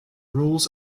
rules